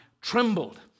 trembled